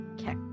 Okay